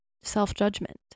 self-judgment